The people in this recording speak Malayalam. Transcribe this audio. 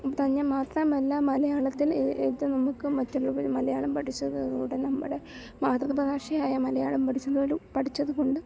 തന്നെ മാത്രമല്ല മലയാളത്തിൽ ഇത് നമുക്ക് മറ്റൊരു മലയാളം പഠിച്ചത് ഇവിടെ നമ്മുടെ മാതൃഭാഷയായ മലയാളം പഠിച്ചത് കൊണ്ട്